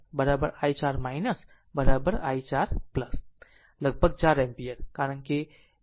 તેથી મળશે કે i4 i 4 i 4 લગભગ 4 એમ્પીયર